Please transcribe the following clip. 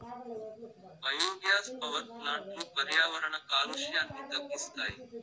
biogas power ప్లాంట్లు పర్యావరణ కాలుష్యాన్ని తగ్గిస్తాయి